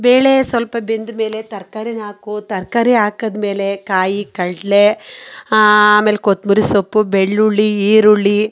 ಬೇಳೆ ಸ್ವಲ್ಪ ಬೆಂದ ಮೇಲೆ ತರಕಾರಿನ ಹಾಕು ತರಕಾರಿ ಹಾಕಿದ್ಮೇಲೆ ಕಾಯಿ ಕಡಲೆ ಆಮೇಲೆ ಕೊತ್ತಂಬ್ರಿ ಸೊಪ್ಪು ಬೆಳ್ಳುಳ್ಳಿ ಈರುಳ್ಳಿ